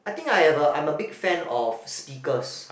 I think I have a I'm a big fan of speakers